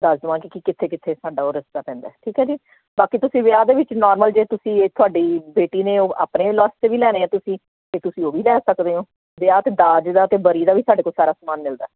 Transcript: ਦੱਸ ਦੇਵਾਂਗੇ ਕਿ ਕਿੱਥੇ ਕਿੱਥੇ ਸਾਡਾ ਉਹ ਰਸਤਾ ਪੈਂਦਾ ਠੀਕ ਹੈ ਜੀ ਬਾਕੀ ਤੁਸੀਂ ਵਿਆਹ ਦੇ ਵਿੱਚ ਨੋਰਮਲ ਜੇ ਤੁਸੀਂ ਇਹ ਤੁਹਾਡੀ ਬੇਟੀ ਨੇ ਆਪਣੇ ਲਾਸਤੇ ਵੀ ਲੈਣੇ ਆ ਤੁਸੀਂ ਤੁਸੀਂ ਉਹ ਵੀ ਲੈ ਸਕਦੇ ਹੋ ਵਿਆਹ ਅਤੇ ਦਾਜ ਦਾ ਅਤੇ ਬਰੀ ਦਾ ਵੀ ਸਾਡੇ ਕੋਲ ਸਾਰਾ ਸਮਾਨ ਮਿਲਦਾ